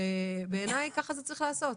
שבעיני כך זה צריך להיעשות.